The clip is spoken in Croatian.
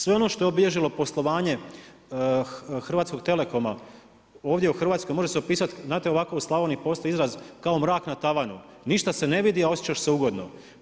Sve ono što je obilježilo poslovanje Hrvatskog telekoma ovdje u Hrvatskoj može se opisati, u Slavoniji postoji izraz kao mrak na tavanu, ništa se ne vidi, osjećaš se ugodno.